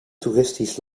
toeristisch